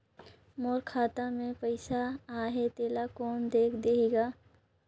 मोर खाता मे पइसा आहाय तेला कोन देख देही गा?